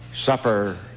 suffer